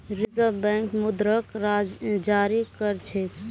reserve bank मुद्राक जारी कर छेक